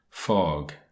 fog